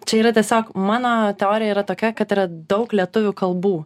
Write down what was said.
čia yra tiesiog mano teorija yra tokia kad yra daug lietuvių kalbų